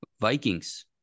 Vikings